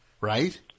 Right